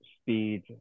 speed